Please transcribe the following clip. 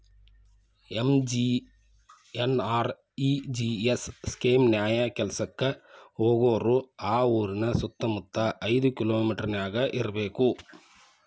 MGNREGS scheme ನ್ಯಾಯ ಕೆಲ್ಸಕ್ಕ ಹೋಗೋರು ಆ ಊರಿನ ಸುತ್ತಮುತ್ತ ಐದ್ ಕಿಲೋಮಿಟರನ್ಯಾಗ ಇರ್ಬೆಕ್